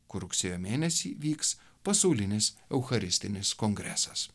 kur rugsėjo mėnesį vyks pasaulinis eucharistinis kongresas